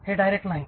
हे डायरेक्ट नाही